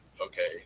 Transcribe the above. Okay